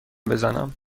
بزنم